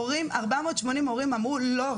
ההורים אמרו "לא,